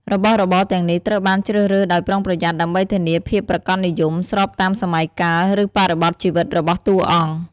របស់របរទាំងនេះត្រូវបាន ជ្រើសរើសដោយប្រុងប្រយ័ត្នដើម្បីធានាភាពប្រាកដនិយម ស្របតាមសម័យកាល ឬបរិបទជីវិតរបស់តួអង្គ។